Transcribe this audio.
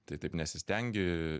tai taip nesistengi